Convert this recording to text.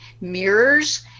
Mirrors